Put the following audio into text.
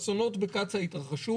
אסונות בקצא"א התרחשו,